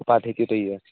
تہٕ پَتہٕ ہیٚکِو تُہۍ یِتھ